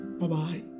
Bye-bye